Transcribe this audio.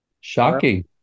Shocking